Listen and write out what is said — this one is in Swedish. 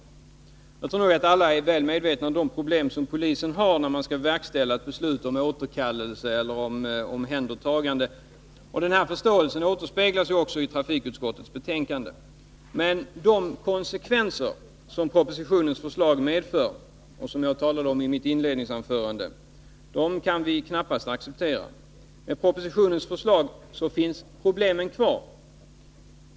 Jag tror att alla är väl medvetna om de problem som polisen har när den skall verkställa ett beslut om återkallelse eller om omhändertagande. Den förståelsen återspeglas ju också i trafikutskottets betänkande. Men de konsekvenser som propositionens förslag medför och som jag talade om i mitt inledningsanförande kan vi knappast acceptera. Med propositionens förslag finns problemen kvar.